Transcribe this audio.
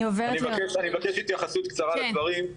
אני מבקש התייחסות קצרה לדברים.